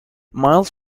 miles